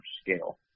scale